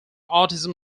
autism